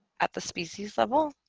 at the species level